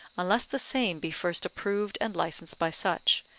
unless the same be first approved and licensed by such,